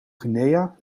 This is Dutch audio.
guinea